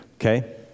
Okay